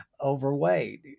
overweight